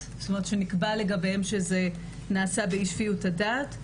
שנקבע לגביהם שהכול נעשה באי-שפיות הדעת.